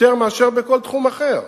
יותר מאשר בכל תחום אחר.